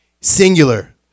Singular